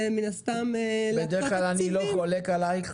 ומן הסתם להקצות תקציבים --- בדרך כלל אני לא חולק עלייך,